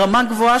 ברמה גבוהה,